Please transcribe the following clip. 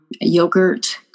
yogurt